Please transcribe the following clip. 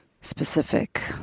specific